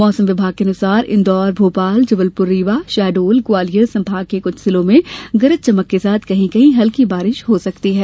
मौसम विभाग के अनुसार इंदौर भोपाल जबलपुर रीवा शहडोलग्वालियर संभाग के कुछ जिलों में गरज चमक के साथ कहीं कहीं हल्की बारिश हो सकती है